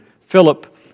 Philip